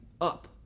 Up